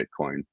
Bitcoin